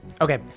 Okay